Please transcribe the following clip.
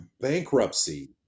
bankruptcy